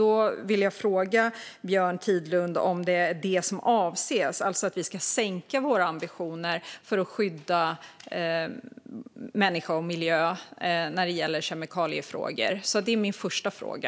Då vill jag fråga Björn Tidland om det är detta som avses, alltså att vi ska sänka våra ambitioner för att skydda människor och miljö när det gäller kemikaliefrågor. Det är min första fråga.